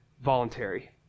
voluntary